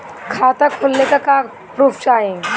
खाता खोलले का का प्रूफ चाही?